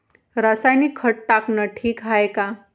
रासायनिक खत टाकनं ठीक हाये का?